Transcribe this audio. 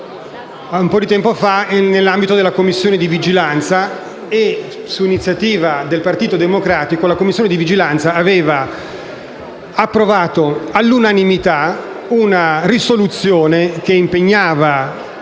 un po' di tempo fa in Commissione di vigilanza e, su iniziativa del Partito Democratico, la Commissione di vigilanza aveva approvato all'unanimità una risoluzione che impegnava